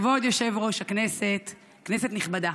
כבוד יושב-ראש הכנסת, כנסת נכבדה,